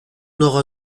nord